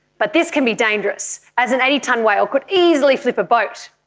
but this can be dangerous, as an eighty tonne whale could easily flip a boat.